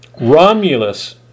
Romulus